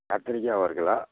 கத்திரிக்காய் ஒரு கிலோ